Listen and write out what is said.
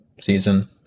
season